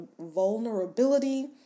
vulnerability